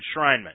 enshrinement